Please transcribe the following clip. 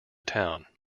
town